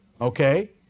Okay